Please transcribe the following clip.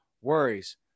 worries